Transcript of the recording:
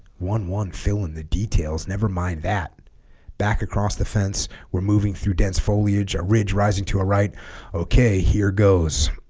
one one fill in the details never mind that back across the fence we're moving through dense foliage a ridge rising to a right okay here goes